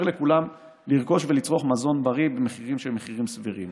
לכולם לרכוש ולצרוך מזון בריא במחירים שהם מחירים סבירים.